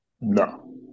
No